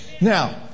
Now